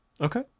Okay